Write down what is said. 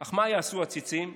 אך מה יעשו עציצים?